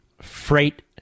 freight